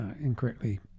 incorrectly